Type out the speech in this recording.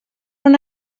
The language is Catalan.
una